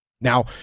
Now